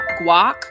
guac